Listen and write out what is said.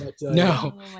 No